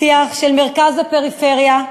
שיח של מרכז ופריפריה,